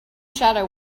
shadow